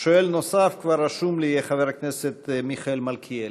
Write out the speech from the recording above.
שואל נוסף כבר רשום לי, חבר הכנסת מיכאל מלכיאלי.